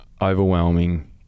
overwhelming